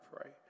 pray